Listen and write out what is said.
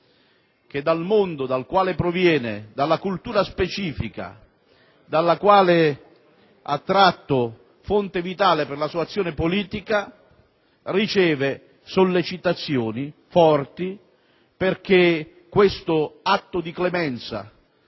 che, dal mondo dal quale proviene, dalla cultura specifica dalla quale ha tratto fonte vitale per la sua azione politica, riceve sollecitazioni forti perché questo atto di clemenza,